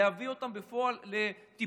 להביא אותם בפועל לטיפול,